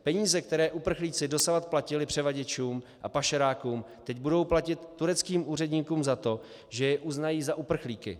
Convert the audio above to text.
Peníze, které uprchlíci dosud platili převaděčům a pašerákům, teď budou platit tureckým úředníkům za to, že je uznají za uprchlíky.